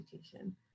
education